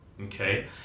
okay